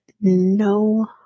no